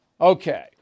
Okay